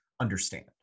understand